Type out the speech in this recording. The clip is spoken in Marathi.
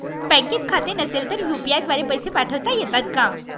बँकेत खाते नसेल तर यू.पी.आय द्वारे पैसे पाठवता येतात का?